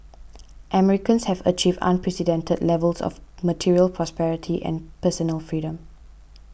Americans have achieved unprecedented levels of material prosperity and personal freedom